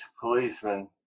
policemen